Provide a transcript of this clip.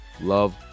love